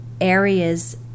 areas